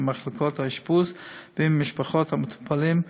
עם מחלקות האשפוז ועם משפחות המטופלים.